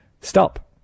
stop